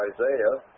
Isaiah